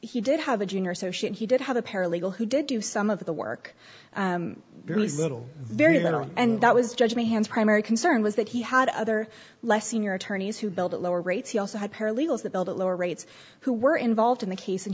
he did have a junior so shit he did have a paralegal who did do some of the work there is little very little and that was judge me has primary concern was that he had other less senior attorneys who billed at lower rates he also had paralegals that build at lower rates who were involved in the case and